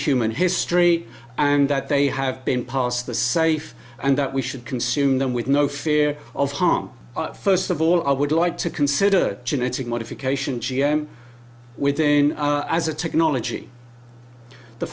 human history and that they have been passed the safe and that we should consume them with no fear of harm first of all i would like to consider genetic modification g m within as a technology the